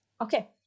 Okay